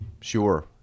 Sure